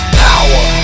power